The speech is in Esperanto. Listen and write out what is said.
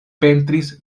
pentris